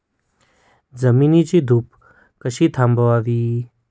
जमिनीची धूप कशी थांबवावी?